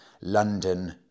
London